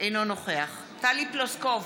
אינו נוכח טלי פלוסקוב,